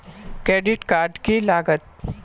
Credit card की लागत?